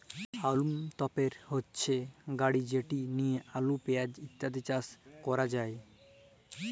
হাউলম তপের হচ্যে গাড়ি যেট লিয়ে আলু, পেঁয়াজ ইত্যাদি চাস ক্যরাক যায়